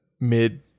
mid